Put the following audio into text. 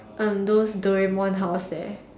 um those Doraemon house there